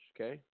okay